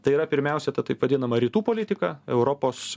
tai yra pirmiausia ta taip vadinama rytų politika europos